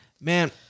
man